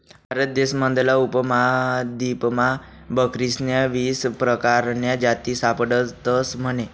भारत देश मधला उपमहादीपमा बकरीस्न्या वीस परकारन्या जाती सापडतस म्हने